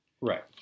Right